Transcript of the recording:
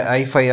i5